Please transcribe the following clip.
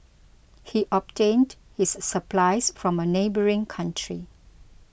he obtained his supplies from a neighbouring country